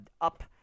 up